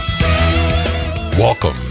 Welcome